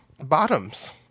Bottoms